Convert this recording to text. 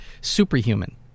superhuman